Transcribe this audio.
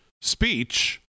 speech